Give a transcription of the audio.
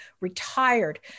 retired